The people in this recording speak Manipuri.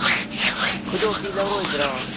ꯎꯝ ꯈꯨꯗꯣꯞꯇꯤ ꯂꯧꯔꯣꯏꯗ꯭ꯔꯣ